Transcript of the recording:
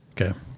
Okay